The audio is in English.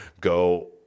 go